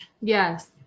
Yes